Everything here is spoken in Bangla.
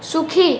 সুখী